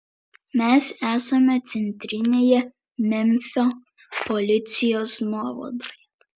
mes esame centrinėje memfio policijos nuovadoje